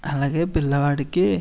అలాగే పిల్లవాడికి